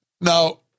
Now